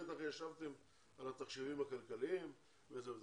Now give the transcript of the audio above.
בטח ישבתם על התחשיבים הכלכליים וזהו זה.